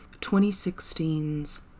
2016's